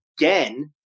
again